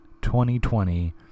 2020